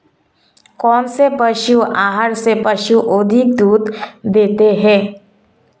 कौनसे पशु आहार से पशु अधिक दूध देते हैं?